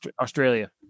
australia